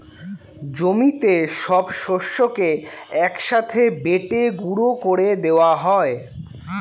জমিতে সব শস্যকে এক সাথে বেটে গুঁড়ো করে দেওয়া হয়